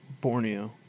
Borneo